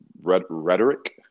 rhetoric